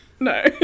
No